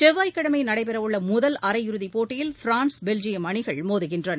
பத்தாம் தேதி நடைபெற உள்ள முதல் அரையிறுதிப் போட்டியில் பிரான்ஸ் பெல்ஜியம் அணிகள் மோதுகின்றன